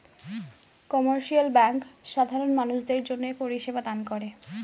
commercial bank সাধারণ মানুষদের জন্যে পরিষেবা দান করে